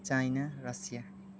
China Russia